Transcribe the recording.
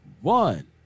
one